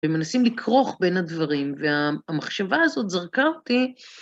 והם מנסים לכרוך בין הדברים, והמחשבה הזאת זרקה אותי.